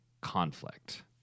conflict